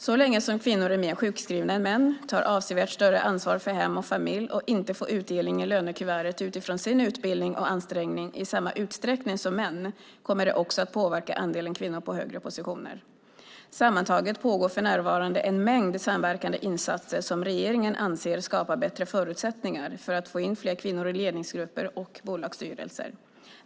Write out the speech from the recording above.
Så länge som kvinnor är mer sjukskrivna än män, tar avsevärt större ansvar för hem och familj och inte får utdelning i lönekuvertet utifrån sin utbildning och ansträngning i samma utsträckning som män kommer det också att påverka andelen kvinnor på högre positioner. Sammantaget pågår för närvarande en mängd samverkande insatser som regeringen anser skapar bättre förutsättningar för att få in fler kvinnor i ledningsgrupper och i bolagsstyrelser.